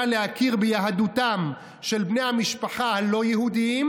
להכיר ביהדותם של בני המשפחה הלא-יהודים,